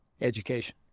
Education